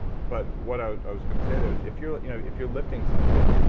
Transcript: but what i was going to say there is if you're you know if you're lifting something,